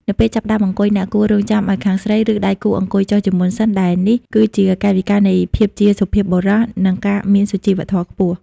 នៅពេលចាប់ផ្តើមអង្គុយ អ្នកគួររង់ចាំឱ្យខាងស្រី ឬដៃគូអង្គុយចុះជាមុនសិន ដែលនេះគឺជាកាយវិការនៃភាពជាសុភាពបុរស និងការមានសុជីវធម៌ខ្ពស់។